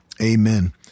Amen